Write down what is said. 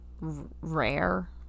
rare